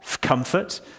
comfort